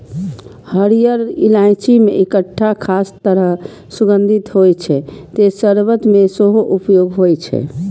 हरियर इलायची मे एकटा खास तरह सुगंध होइ छै, तें शर्बत मे सेहो उपयोग होइ छै